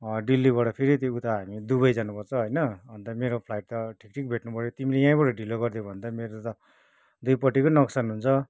दिल्लीबाट फेरि उता हामी दुबई जानु पर्छ होइन अन्त मेरो फ्लाइट त ठिक ठिक भेट्नु पऱ्यो तिमीले यहीँबाट ढिलो गरिदियौ भने मेरो त दुईपट्टिकै नोक्सान हुन्छ